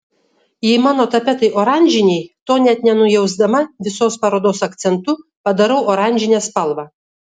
jei mano tapetai oranžiniai to net nenujausdama visos parodos akcentu padarau oranžinę spalvą